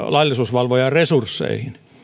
laillisuusvalvojan resursseihin